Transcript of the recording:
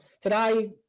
today